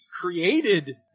created